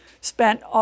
spent